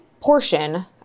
portion